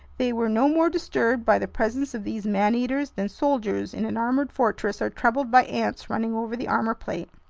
they were no more disturbed by the presence of these man-eaters than soldiers in an armored fortress are troubled by ants running over the armor plate.